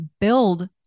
build